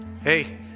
Hey